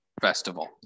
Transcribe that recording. festival